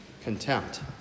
contempt